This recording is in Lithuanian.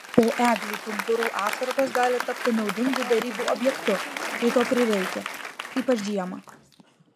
o eglių pumpurų atsargos gali tapti naudingu derybų objektu kai to prireikia ypač žiemą